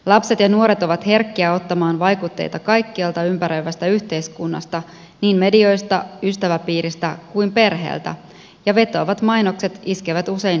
lapset ja nuoret ovat herkkiä ottamaan vaikutteita kaikkialta ympäröivästä yhteiskunnasta niin medioista ystäväpiiristä kuin perheeltä ja vetoavat mainokset iskevät usein juuri nuoriin